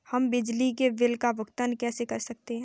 हम बिजली के बिल का भुगतान कैसे कर सकते हैं?